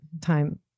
time